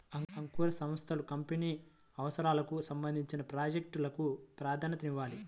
అంకుర సంస్థలు కంపెనీ అవసరాలకు సంబంధించిన ప్రాజెక్ట్ లకు ప్రాధాన్యతనివ్వాలి